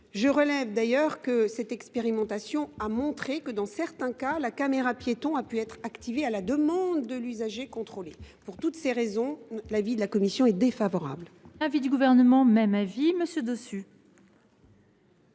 entre autres. Enfin, l’expérimentation a démontré que dans certains cas, la caméra piéton pouvait être activée à la demande de l’usager contrôlé. Pour toutes ces raisons, l’avis de la commission est donc défavorable.